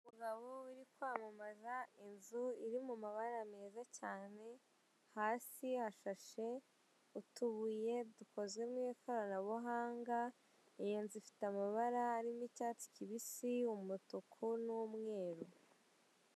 Umugabo uri kwamamaza inzu iri mu mabara meza cyane hasi hashashe utubuye dukoze mu ikoranabuhanga. Iyi nzu ifite amabara arimo icyatsi kibisi, umutuku n'umweru.